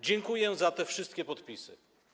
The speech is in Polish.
Dziękuję za te wszystkie podpisy.